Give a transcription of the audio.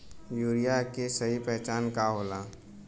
Urea के सही पहचान का होला?